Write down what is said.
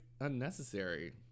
unnecessary